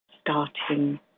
starting